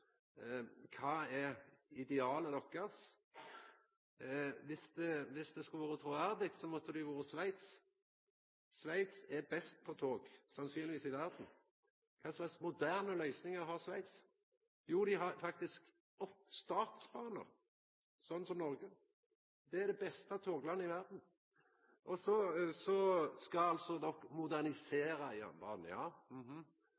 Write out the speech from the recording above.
Kva er idealet dykkar? Viss det skulle vera truverdig, måtte det vera Sveits. Sveits er sannsynlegvis best i verda på tog. Kva slags moderne løysingar har Sveits? Jo, dei har faktisk statsbanar, slik som Noreg. Det er det beste toglandet i verda. Så skal de altså